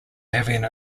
having